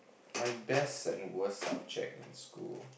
my best and worst subject in school